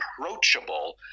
approachable